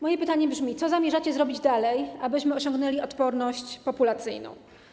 Moje pytanie brzmi: Co zamierzacie zrobić dalej, abyśmy osiągnęli odporność populacyjną?